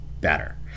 better